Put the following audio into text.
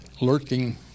lurking